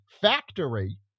factory